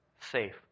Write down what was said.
safe